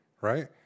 right